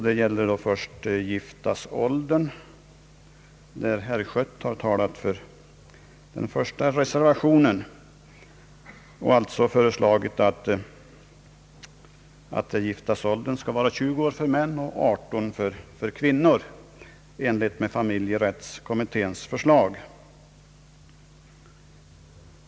Beträffande giftasåldern har herr Schött talat för den första reservationen och alltså föreslagit att giftasåldern skall vara 20 år för män och 18 år för kvinnor i enlighet med familjerättskommitténs förslag.